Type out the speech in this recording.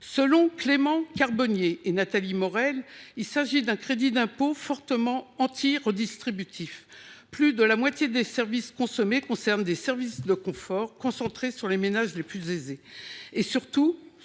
Selon Clément Carbonnier et Nathalie Morel, il s’agit d’un crédit d’impôt fortement antiredistributif. Plus de la moitié des services consommés concernent des prestations de confort concentrées sur les ménages les plus aisés. Surtout,